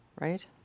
Right